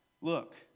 look